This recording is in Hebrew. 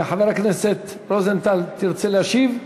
חבר הכנסת רוזנטל, תרצה להשיב?